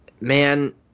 man